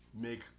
make